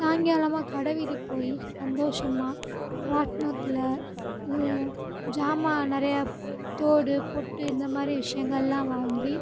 சாய்ங்காலமாக கடைவீதி போய் சந்தோஷமாக ராட்டினத்தில் இது ஜாமா நிறைய தோடு பொட்டு இந்தமாதிரி விஷயங்கல்லா வாங்கி